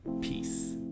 Peace